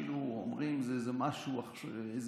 כאילו אומרים: זה מחטף,